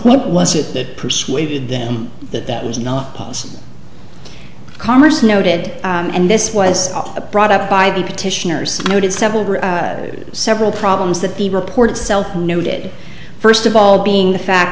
what was it that persuaded them that that was not possible commerce noted and this was a brought up by the petitioners noted several several problems that the report itself noted first of all being the fact